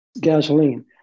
gasoline